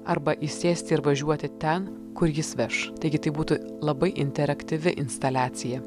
arba įsėsti ir važiuoti ten kur jis veš taigi tai būtų labai interaktyvi instaliacija